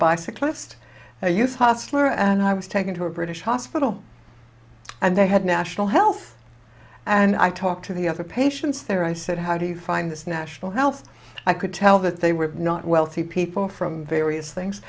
bicyclist i use hostler and i was taken to a british hospital and they had national health and i talked to the other patients there i said how do you find this national health i could tell that they were not wealthy people from various things